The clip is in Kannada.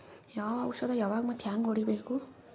ಯಾವ ಔಷದ ಯಾವಾಗ ಮತ್ ಹ್ಯಾಂಗ್ ಹೊಡಿಬೇಕು?